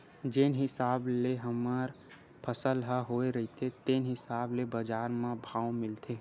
जेन हिसाब ले हमर फसल ह होए रहिथे तेने हिसाब ले बजार म भाव मिलथे